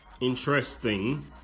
Interesting